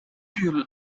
you